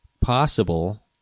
possible